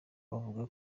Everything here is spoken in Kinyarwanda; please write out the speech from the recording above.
bavuga